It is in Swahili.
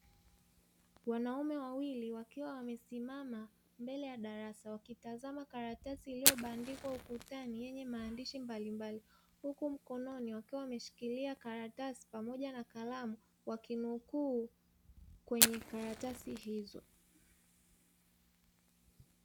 Wanaume wawili wakiwa wamesimama mbele ya darasa, wakitazama karatasi iliyobandikwa ukutani yenye maandishi mbalimbali, huku mkononi wakiwa wameshikilia karatasi pamoja na kalamu, wakinukuu kwenye karatasi hizo.